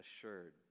assured